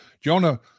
Jonah